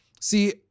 see